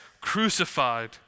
crucified